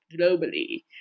globally